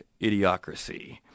idiocracy